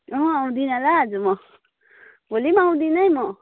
अहँ आउँदिनँ ल आज म भोलि पनि आउँदिनँ है म